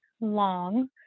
long